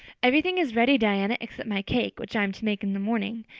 everything is ready, diana, except my cake which i'm to make in the morning,